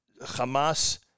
Hamas